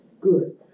Good